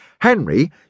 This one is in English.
Henry